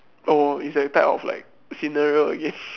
orh is that type of like scenario again